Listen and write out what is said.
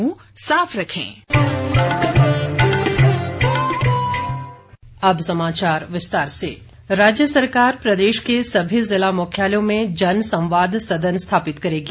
मुख्यमंत्री राज्य सरकार प्रदेश के सभी जिला मुख्यालयों में जन संवाद सदन स्थापित करेगी